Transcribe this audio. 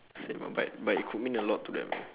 same uh but but it could mean a lot to them